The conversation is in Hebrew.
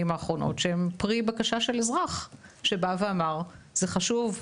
האחרונות שהן פרי בקשה של אזרח שבא ואמר זה חשוב,